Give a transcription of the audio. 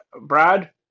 Brad